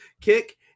kick